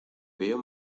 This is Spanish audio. veo